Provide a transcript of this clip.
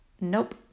Nope